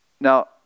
Now